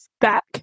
back